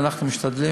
אנחנו משתדלים,